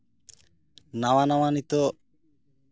ᱱᱟᱣᱟ ᱱᱟᱣᱟ ᱱᱤᱛᱳᱜ